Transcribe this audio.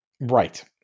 Right